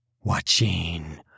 Watching